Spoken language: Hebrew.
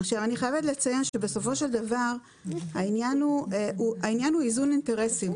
אני חייבת לציין שהעניין הוא איזון אינטרסים.